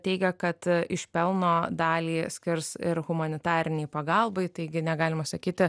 teigia kad iš pelno dalį skirs ir humanitarinei pagalbai taigi negalima sakyti